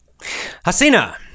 Hasina